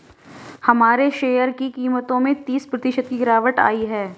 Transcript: हमारे शेयर की कीमतों में तीस प्रतिशत की गिरावट आयी है